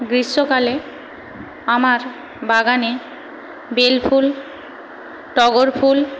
গ্রীষ্মকালে আমার বাগানে বেল ফুল টগর ফুল